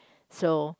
so